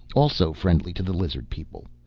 also friendly to the lizard people.